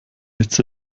hitze